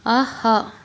ஆஹா